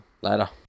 Later